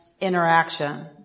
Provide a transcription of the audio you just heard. interaction